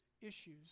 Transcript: issues